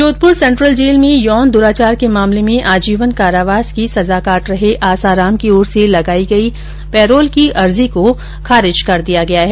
Jodhpur central jail में यौन दुराचार के मामले में आजीवन कारावास की सजा काट रहे आसाराम की ओर से लगाई गई पैरोल की अर्जी को खारिज कर दिया गया है